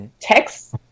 text